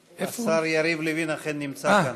השר יריב לוין אכן נמצא כאן.